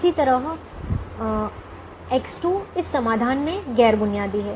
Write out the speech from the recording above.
इसी तरह X2 इस समाधान में गैर बुनियादी है